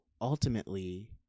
ultimately